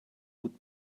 would